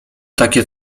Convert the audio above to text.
takie